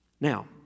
Now